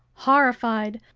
horrified,